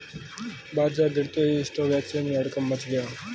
बाजार गिरते ही स्टॉक एक्सचेंज में हड़कंप मच गया